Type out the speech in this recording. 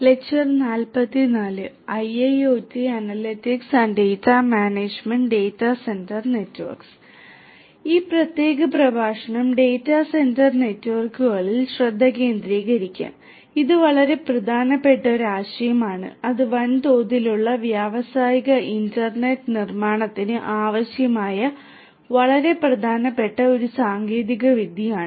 അതിനാൽ ഈ പ്രത്യേക പ്രഭാഷണം ഡാറ്റാ സെന്റർ നെറ്റ്വർക്കുകളിൽ ശ്രദ്ധ കേന്ദ്രീകരിക്കും ഇത് വളരെ പ്രധാനപ്പെട്ട ഒരു ആശയമാണ് അത് വൻതോതിലുള്ള വ്യാവസായിക ഇൻറർനെറ്റ് നിർമ്മാണത്തിന് ആവശ്യമായ വളരെ പ്രധാനപ്പെട്ട ഒരു സാങ്കേതികവിദ്യയാണ്